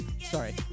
Sorry